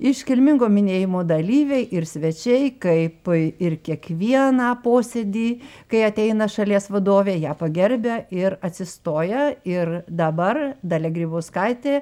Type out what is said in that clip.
iškilmingo minėjimo dalyviai ir svečiai kaip ir kiekvieną posėdį kai ateina šalies vadovė ją pagerbia ir atsistoja ir dabar dalia grybauskaitė